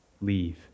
leave